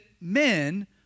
men